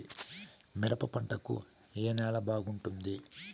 మిరప పంట కు ఏ నేల బాగుంటుంది?